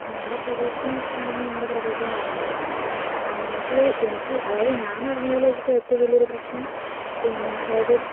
ഞങ്ങളുടെ പ്രദേശം എന്ന് വച്ചിട്ടുണ്ടെങ്കിൽ ഞങ്ങളുടെ പ്രദേശം വയനാട് ആണ് വയനാട്ടിൽ എനിക്ക് അതായത് ഞാനറിഞ്ഞതിൽ വച്ചിട്ട് ഏറ്റവും വലിയൊരു പ്രശ്നം പിന്നെ അതായത്